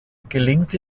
gelingt